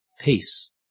peace